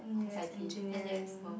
s_i_t n_u_s no